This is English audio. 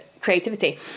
creativity